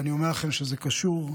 ואני אומר לכם שזה קשור,